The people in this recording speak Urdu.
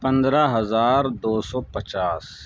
پندرہ ہزار دو سو پچاس